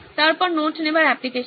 তারপর নোট নেবার অ্যাপ্লিকেশন এ